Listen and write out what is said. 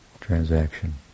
transaction